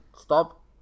Stop